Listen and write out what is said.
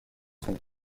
son